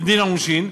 בדין העונשין,